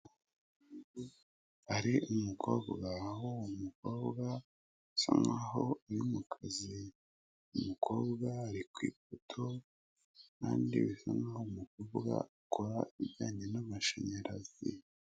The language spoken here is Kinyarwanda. Hari umukobwa, aho uwo mukobwa asa nkaho uri mukazi, umukobwa ari ku ipoto kandi bisa nkaho umukobwa akora ibijyanye n'amashanyarazi.